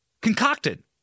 concocted